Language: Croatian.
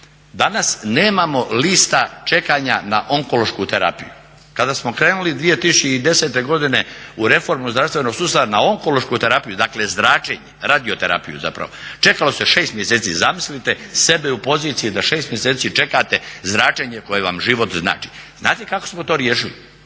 Danas nemamo lista čekanja na onkološku terapiju. Kada smo krenuli 2010.godine u reformu zdravstvenog sustava na onkološku terapiju, dakle zračenje, radioterapiju zapravo, čekalo se 6 mjeseci. Zamislite sebe u poziciji da 6 mjeseci čekate zračenje koje vam život znači. Znate kako smo to riješili?